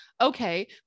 Okay